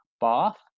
Bath